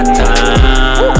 time